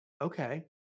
Okay